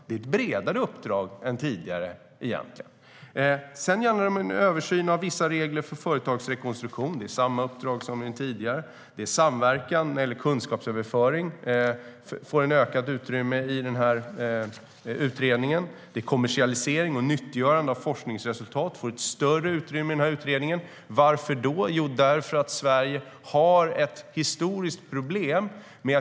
Det är egentligen ett bredare uppdrag än tidigare. Det handlar också om en översyn av vissa regler för företagsrekonstruktion. Det är samma uppdrag som tidigare. Det är samverkan när det gäller kunskapsöverföring. Det får ett ökat utrymme i utredningen. Det är kommersialisering och nyttiggörande av forskningsresultat. Det får ett större utrymme i utredningen. Varför då? Jo, därför att Sverige har ett historiskt problem.